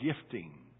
gifting